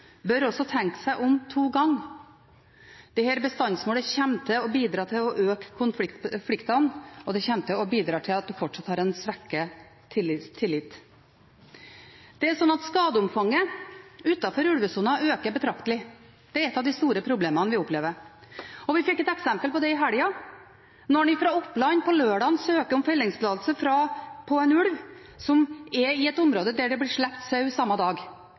bør også tenke seg om to ganger. Dette bestandsmålet kommer til å bidra til å øke konfliktene, og det kommer til å bidra til at man fortsatt har svekket tillit. Det er slik at skadeomfanget utenfor ulvesonen øker betraktelig. Det er et av de store problemene vi opplever. Vi fikk et eksempel på det i helga: Når en fra Oppland på lørdag søker om fellingstillatelse på en ulv som er i et område der det blir sluppet sau samme dag,